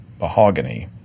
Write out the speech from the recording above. mahogany